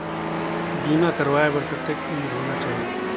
बीमा करवाय बार कतेक उम्र होना चाही?